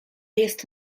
jest